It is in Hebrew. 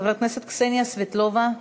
חברת הכנסת קסניה סבטלובה.